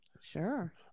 sure